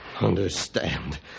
Understand